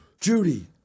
Judy